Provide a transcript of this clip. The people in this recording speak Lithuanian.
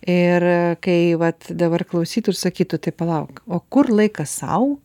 ir kai vat dabar klausytų ir sakytų tai palauk o kur laikas sau